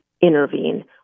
intervene